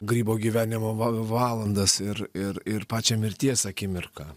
grybo gyvenimo va valandas ir ir ir pačią mirties akimirką